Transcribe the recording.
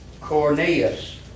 Cornelius